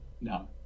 No